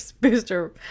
Booster